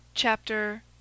Chapter